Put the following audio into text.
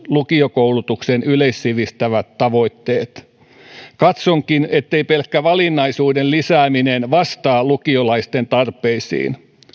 lukiokoulutuksen yleissivistävät tavoitteet katsonkin ettei pelkkä valinnaisuuden lisääminen vastaa lukiolaisten tarpeisiin